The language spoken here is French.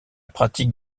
pratique